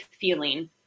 feeling